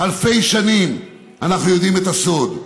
אלפי שנים אנחנו יודעים את הסוד.